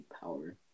power